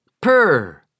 Purr